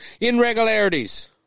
irregularities